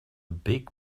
big